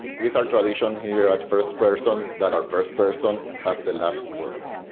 is our tradition here at first person that our first person has the last word.